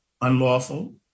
unlawful